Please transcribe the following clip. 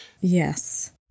yes